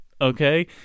okay